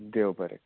देव बरें करूं